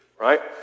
right